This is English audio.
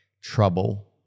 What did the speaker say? trouble